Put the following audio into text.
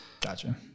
Gotcha